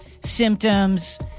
symptoms